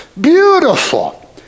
beautiful